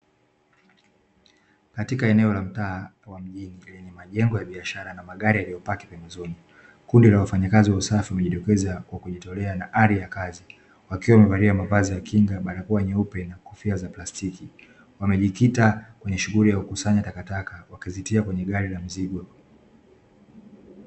Katika eneo la mtaa wa mjini majengo ya biashara na magari yaliyopaki pembezoni kundi la wafanyakazi wa usafi wamejitokeza kwa kujitolea na ari ya kazi wakiwa wamevalia mavazi ya kinganakwa nyeupe na kofia za plastiki, wamejikita kwenye shughuli ya ukusanya takataka wakazitia kwenye gari la mzigo.